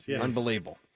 Unbelievable